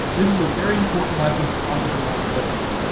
this is a very important lesson for entrepreneurs listening.